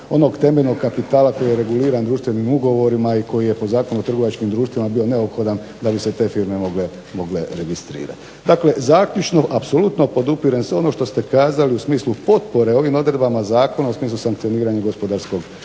onog temeljnog kapitala koji je reguliran društvenim ugovorima i koji je po Zakonu o trgovačkim društvima bio neophodan da bi se te firme mogle registrirati. Dakle, zaključno apsolutno podupirem sve ono što ste kazali u smislu potpore ovim odredbama zakona u smislu sankcioniranja gospodarskog